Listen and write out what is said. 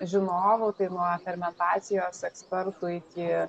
žinovų tai nuo fermentacijos ekspertų iki